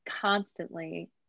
constantly